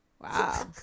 Wow